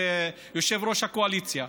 יושב-ראש הקואליציה,